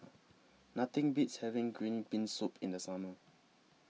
Nothing Beats having Green Bean Soup in The Summer